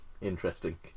interesting